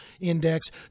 index